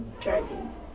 driving